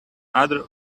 other